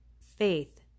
faith